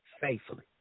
faithfully